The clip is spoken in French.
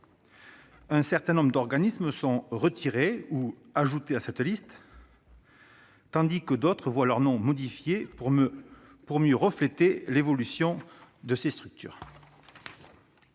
un certain nombre d'organismes sont retirés ou ajoutés à cette liste, tandis que d'autres voient leur nom modifié pour mieux refléter l'évolution de ces structures.